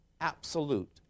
absolute